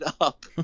up